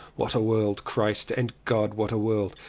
what a world! christ! and god, what a world!